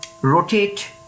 rotate